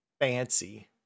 Fancy